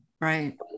Right